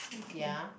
ya